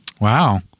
wow